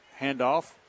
handoff